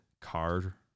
car